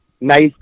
nice